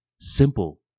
Simple